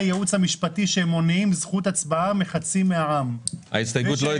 הצבעה ההסתייגות לא אושרה.